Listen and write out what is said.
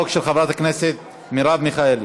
הצעת חוק של חברת הכנסת מרב מיכאלי.